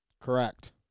Correct